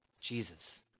Jesus